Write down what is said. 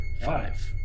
five